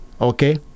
Okay